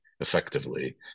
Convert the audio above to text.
effectively